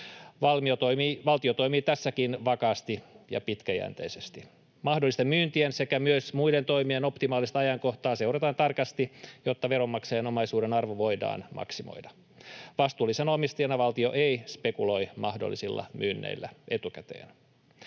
Valtio toimii tässäkin vakaasti ja pitkäjänteisesti. Mahdollisten myyntien sekä myös muiden toimien optimaalista ajankohtaa seurataan tarkasti, jotta veronmaksajien omaisuuden arvo voidaan maksimoida. Vastuullisena omistajana valtio ei spekuloi mahdollisilla myynneillä etukäteen.